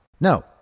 No